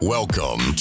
Welcome